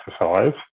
exercise